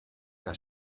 que